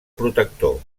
protector